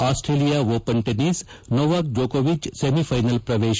Australia Open tennis Novak ಜೊಕೊವಿಚ್ semifinal ಪ್ರವೇಶ